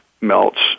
melts